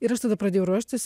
ir aš tada pradėjau ruoštis